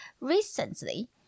Recently